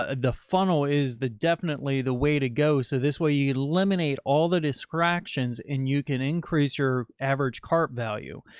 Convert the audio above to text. ah the funnel is the definitely the way to go. so this way you can eliminate all the distractions and you can increase your average cart value.